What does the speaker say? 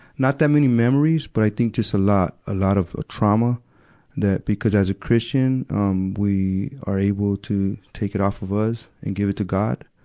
not that many memories, but i think just a lot, a lot of ah trauma that because as a christian, um, we are able to take it off of us and give it god.